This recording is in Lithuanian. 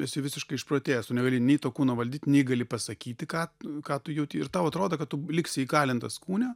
esi visiškai išprotėjęs tu negali nei to kūno valdyt nei gali pasakyti ką ką tu jauti ir tau atrodo kad tu liksi įkalintas kūne